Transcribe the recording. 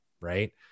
Right